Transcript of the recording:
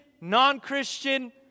non-Christian